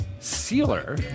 Sealer